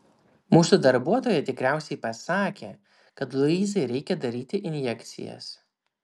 mūsų darbuotoja tikriausiai pasakė kad luizai reikia daryti injekcijas